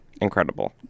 Incredible